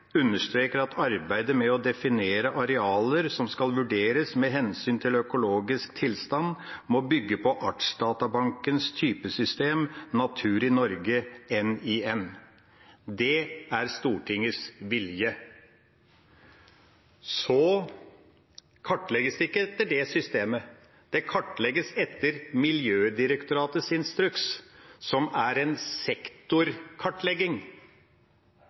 understreker at arbeidet med å definere arealene som skal vurderes med hensyn til økologisk tilstand, må bygge på Artsdatabankens typesystem Natur i Norge Det er Stortingets vilje. Så kartlegges det ikke etter det systemet. Det kartlegges etter Miljødirektoratets instruks, som er en sektorkartlegging.